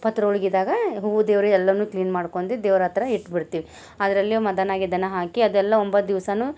ಪತ್ರೋಳ್ಗಿದಾಗ ಹೂವು ದೇವರು ಎಲ್ಲನೂ ಕ್ಲೀನ್ ಮಾಡ್ಕೊಂಡಿ ದೇವ್ರ ಹತ್ರ ಇಟ್ಬಿಡ್ತೀವಿ ಅದರಲ್ಲಿಯೂ ಮದನ ಗಿದನ ಹಾಕಿ ಅದೆಲ್ಲ ಒಂಬತ್ತು ದಿವ್ಸವೂ